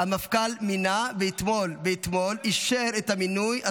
המפכ"ל מינה, ואתמול השר אישר את המינוי.